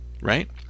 right